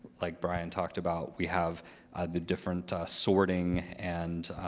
like bryan talked about. we have the different sorting and